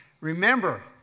remember